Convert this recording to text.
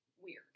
weird